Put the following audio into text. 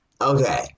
Okay